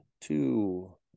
Two